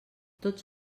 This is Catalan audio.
tots